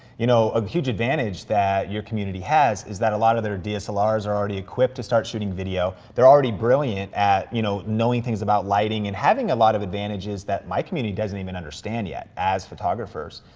you know, a huge advantage that your community has is that a lot of their dslrs are already equipped to start shooting video, they're already brilliant at, you know, knowing things about lighting and having a lot of advantages that my community doesn't even understand yet, as photographers.